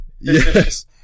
Yes